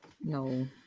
No